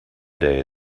day